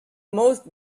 most